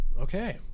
okay